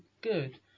good